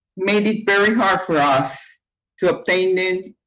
made it very hard for us to obtain in